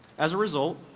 as a result,